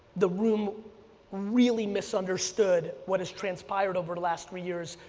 the room really misunderstood what has transpired over the last three years,